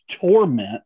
torment